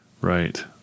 Right